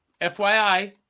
FYI